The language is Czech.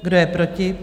Kdo je proti?